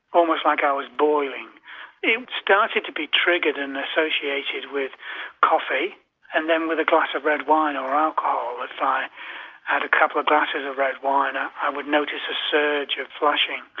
almost like i was boiling. it started to be triggered and associated with coffee and then with a glass of red wine or alcohol. if i had a couple of glasses of red wine i would notice a surge of flushing.